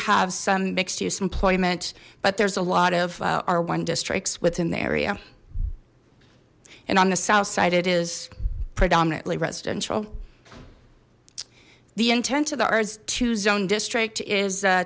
have some mixed use employment but there's a lot of are one districts within the area and on the south side it is predominantly residential the intents of the earth to zone district is